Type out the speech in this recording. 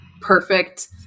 perfect